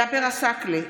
ג'אבר עסאקלה,